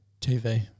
TV